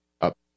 up